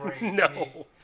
No